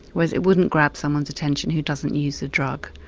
whereas it wouldn't grab someone's attention who doesn't use the drug.